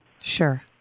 Sure